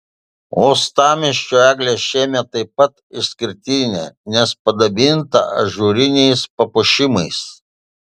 uostamiesčio eglė šiemet taip pat išskirtinė nes padabinta ažūriniais papuošimais